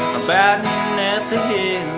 battle at the